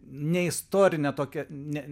ne istorinę tokią ne